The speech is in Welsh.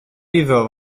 iddo